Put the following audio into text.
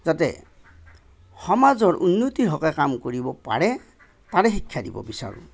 যাতে সমাজৰ উন্নতিৰ হকে কাম কৰিব পাৰে তাৰে শিক্ষা দিব বিচাৰোঁ